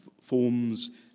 forms